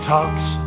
Talks